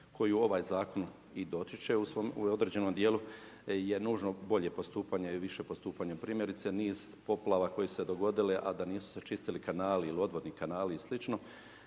koju ovaj zakon i dotiče, u svom određenom dijelu, je nužno polje postupanje i više postupanje. Primjerice niz poplava koje su se dogodile a da nisu se čistili kanali ili odvodni kanali i